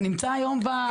זה נמצא היום.